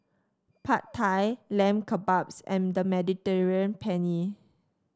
Pad Thai Lamb Kebabs and the Mediterranean Penne